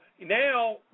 now